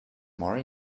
more